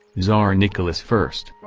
tsar nicholas first.